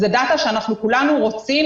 זאת דאטה שכולנו רוצים.